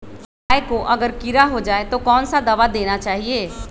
गाय को अगर कीड़ा हो जाय तो कौन सा दवा देना चाहिए?